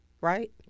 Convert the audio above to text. right